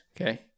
okay